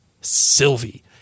Sylvie